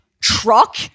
truck